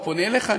או פונה אליך,